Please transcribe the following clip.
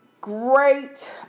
great